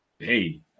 Hey